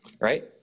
right